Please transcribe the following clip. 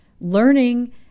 learning